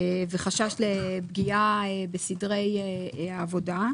וחשש לפגיעה בסדרי העבודה.